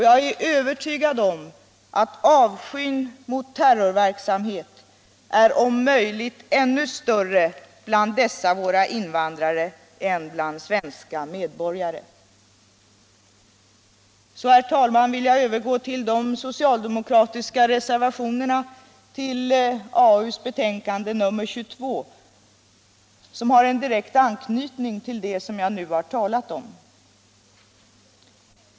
Jag är övertygad om att avskyn för terrorverksamhet är om möjligt ännu större bland dessa våra invandrare än bland svenska medborgare. Så, herr talman, vill jag övergå till de socialdemokratiska reservationerna vid arbetsmarknadsutskottets betänkande nr 22, vilka har en direkt anknytning till det som jag nu har talat om.